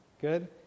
Good